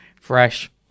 Fresh